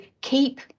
keep